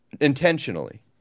intentionally